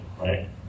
right